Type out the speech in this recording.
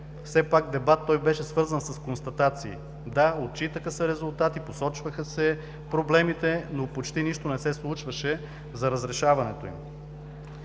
все пак дебат, той беше свързан с констатации. Да, отчитаха се резултати, посочваха се проблемите, но почти нищо не се случваше за разрешаването им.